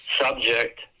subject